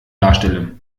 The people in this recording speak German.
darstelle